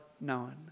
known